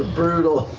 brutal.